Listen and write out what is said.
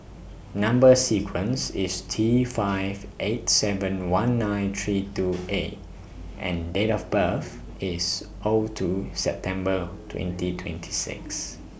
Number sequence IS T five eight seven one nine three two A and Date of birth IS O two September twenty twenty six